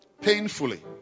painfully